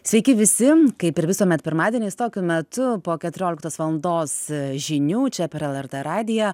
sveiki visi kaip ir visuomet pirmadienis tokiu metu po keturioliktos valandos žinių čia per lrt radiją